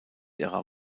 ihrer